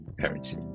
currency